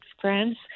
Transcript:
friends